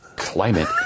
climate